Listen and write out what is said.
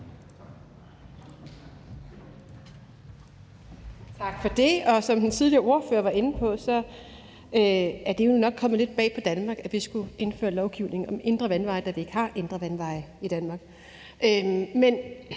Tak for det. Som den tidligere ordfører var inde på, er det jo nok kommet lidt bag på Danmark, at vi skulle indføre lovgivning om indre vandveje, da vi ikke har indre vandveje i Danmark.